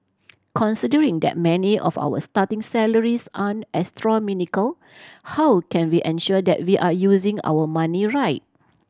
considering that many of our starting salaries aren't astronomical how can we ensure that we are using our money right